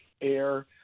air